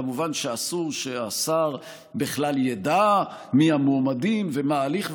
כמובן שאסור שהשר בכלל ידע מי המועמדים ומה ההליך,